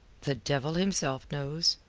the devil himself knows.